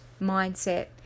mindset